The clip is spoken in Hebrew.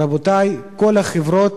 רבותי, כל החברות